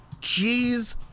Jeez